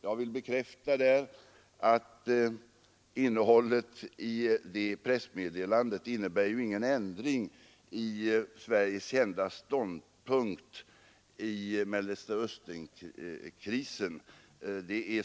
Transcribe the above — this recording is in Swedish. Jag vill bekräfta att innehållet i det pressmeddelandet inte innebär någon ändring av Sveriges kända ståndpunkt i fråga om Mellersta Östern-krisen.